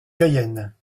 cayenne